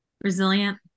Resilient